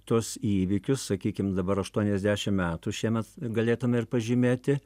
tuos įvykius sakykim dabar aštuoniasdešim metų šiemet galėtume ir pažymėti